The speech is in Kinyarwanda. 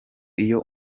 iyo